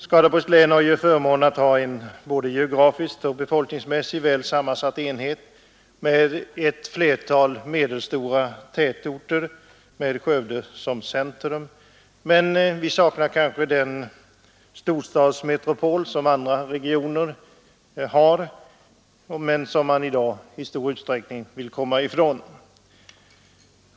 Skaraborgs län har förmånen att vara en både geografiskt och befolkningsmässigt väl sammansatt enhet med ett flertal medelstora tätorter med Skövde som centrum. Men vi saknar en storstadsmetropol som en del andra regioner har men som man i dag i stor utsträckning vill komma ifrån.